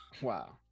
wow